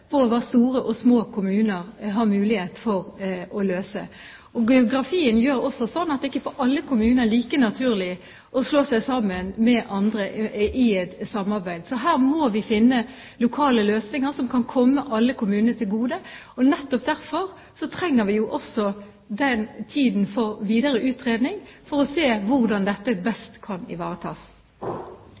på hva store og små kommuner har mulighet for å løse. Geografien gjør også sitt til at det ikke for alle kommuner er like naturlig å slå seg sammen med andre i et samarbeid, så her må vi finne lokale løsninger som kan komme alle kommunene til gode. Nettopp derfor trenger vi også den tiden for videre utredning, for å se hvordan dette best kan ivaretas.